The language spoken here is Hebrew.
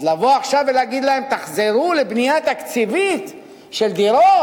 אז לבוא עכשיו ולהגיד להם: תחזרו לבנייה תקציבית של דירות?